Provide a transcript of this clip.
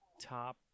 top